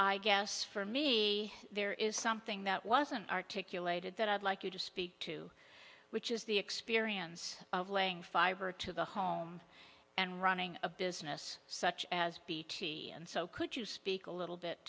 i guess for me there is something that wasn't articulated that i'd like you to speak to which is the experience of laying fiber to the home and running a business such as bt and so could you speak a little bit